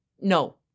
No